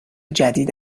جدید